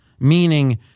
Meaning